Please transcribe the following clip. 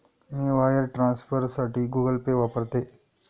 मी wire ट्रान्सफरसाठी Google Pay वापरते